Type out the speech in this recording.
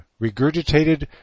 Regurgitated